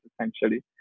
essentially